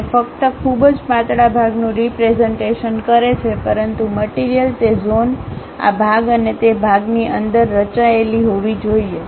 તે ફક્ત ખૂબ જ પાતળા ભાગનું રીપ્રેઝન્ટેશન કરે છે પરંતુ મટીરીયલ તે ઝોન આ ભાગ અને તે ભાગની અંદર રચાયેલી હોવી જોઈએ